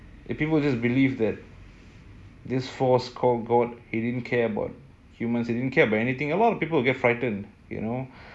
if people just believe that this force called god he didn't care about humans he didn't care about anything a lot of people would get frightened you know